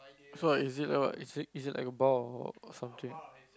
what is it what is it is it like a bar or something